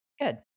Good